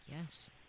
Yes